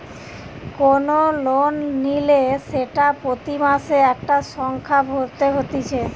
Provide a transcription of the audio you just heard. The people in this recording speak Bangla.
কোন লোন নিলে সেটা প্রতি মাসে একটা সংখ্যা ভরতে হতিছে